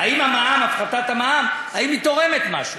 הפחתת המע"מ, האם היא תורמת במשהו?